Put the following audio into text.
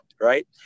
Right